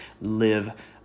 live